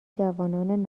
جوانان